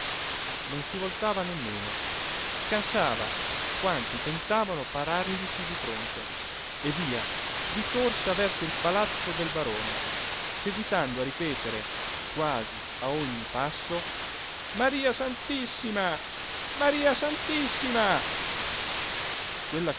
non si voltava nemmeno scansava quanti tentavano pararglisi di fronte e via di corsa verso il palazzo del barone seguitando a ripetere quasi a ogni passo maria santissima maria santissima quella